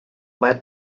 led